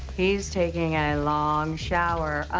he's taking a long shower.